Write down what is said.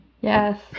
Yes